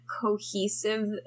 cohesive